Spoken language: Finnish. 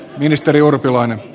ministeri urpilainen